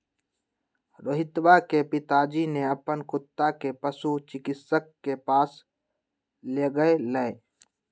रोहितवा के पिताजी ने अपन कुत्ता के पशु चिकित्सक के पास लेगय लय